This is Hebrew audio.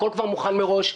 הכול מוכן מראש,